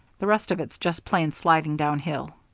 the rest of it's just plain sliding down hill.